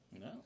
No